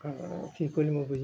কি ক'লি মই বুজি